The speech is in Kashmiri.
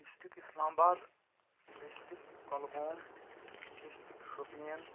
district Islamabad district Kulgam district Shopian